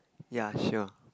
ya sure